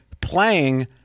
playing